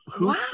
Wow